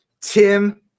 Tim